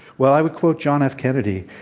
well, i would quote john f. kennedy,